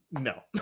no